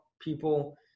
people